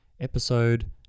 episode